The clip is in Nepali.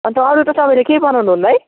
अन्त अरू त तपाईँले केही बनाउनु हुन्न है